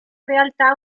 realtà